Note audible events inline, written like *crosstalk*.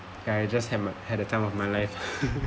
I just have had the time of my life *laughs*